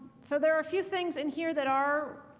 so there are a few things in here that are